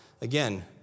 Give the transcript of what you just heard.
again